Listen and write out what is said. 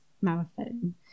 marathon